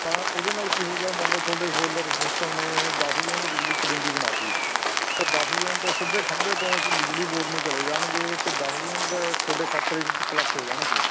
ਤਾਂ ਉਹਦੇ ਨਾਲ ਕੀ ਹੋਵੇਗਾ ਮੰਨ ਲਓ ਤੁਹਾਡੇ ਸੋਲਰ ਸਿਸਟਮ ਨੇ ਦਸ ਯੂਨਿਟ ਬਿਜਲੀ ਇੱਕ ਦਿਨ ਦੀ ਬਣਾ 'ਤੀ ਤਾਂ ਦਸ ਯੂਨਿਟ ਉਹ ਸਿੱਧੇ ਖੰਬੇ ਤੋਂ ਬਿਜਲੀ ਬੋਰਡ ਨੂੰ ਚਲੇ ਜਾਣਗੇ ਅਤੇ ਦਸ ਯੂਨਿਟ ਦਾ ਤੁਹਾਡੇ ਖਾਤੇ 'ਚ ਪਲੱਸ ਹੋ ਜਾਣਗੇ